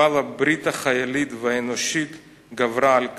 אבל הברית החיילית והאנושית גברה על כך.